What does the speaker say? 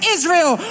Israel